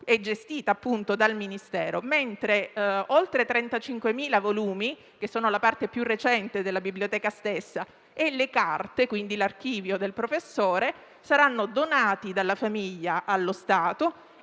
e gestita, appunto, dal Ministero. Al contrario, oltre 35.000 volumi - sono la parte più recente della biblioteca stessa - e le carte, quindi l'archivio del professore, saranno donati dalla famiglia allo Stato,